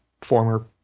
former